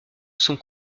sont